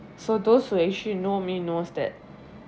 so those who actually know me knows that